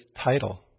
title